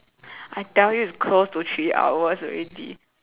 I tell you it's close to three hours already